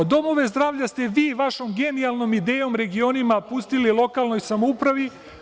Domove zdravlja ste vi, vašom genijalnom idejom regionima, pustili lokalnoj samoupravi.